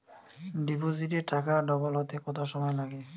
ডিপোজিটে টাকা ডবল হতে কত সময় লাগে?